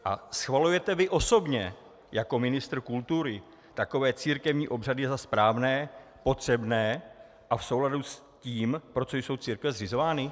A schvalujete vy osobně jako ministr kultury takové církevní obřady za správné, potřebné a v souladu s tím, pro co jsou církve zřizovány?